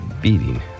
beating